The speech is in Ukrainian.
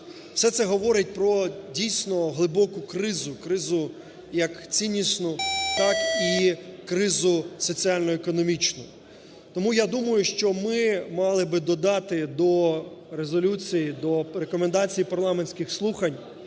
Все це говорить про дійсно глибоку кризу, кризу як ціннісну, так і кризу соціально-економічну. Тому я думаю, що ми мали би додати до резолюції, до рекомендації парламентських слухань